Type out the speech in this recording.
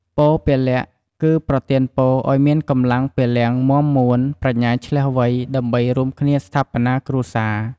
ពរពលៈ គឺប្រទានពរឲ្យមានកម្លាំងពលំមាំមួន ប្រាជ្ញាឈ្លាសវៃ ដើម្បីរួមគ្នាស្ថាបនាគ្រួសារ។